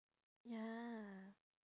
ya